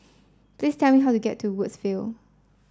please tell me how to get to Woodsville